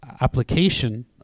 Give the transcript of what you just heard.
application